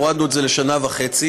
הורדנו את זה לשנה וחצי,